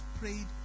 prayed